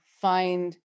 find